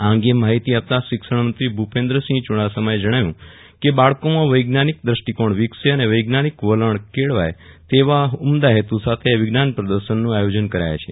આ અંગે માહિતી આપતા શિક્ષણમંત્રી ભુપેન્દ્રસિંહ ચુડાસમાએ જણાવ્યું કે બાળકોમાં વૈજ્ઞાનિક દ્રષ્ટિકોણ વિકસે અને વૈજ્ઞાનિક વલણ કેળવાય તેવા ઉમદા હેતુ સાથે આ વિજ્ઞાન પ્રદર્શનનું આયોજન કરાય છે